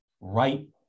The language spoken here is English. right